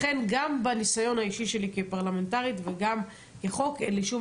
ולכן גם בניסיון האישי שלי כפרלמנטרית וגם כחוק אין לי שום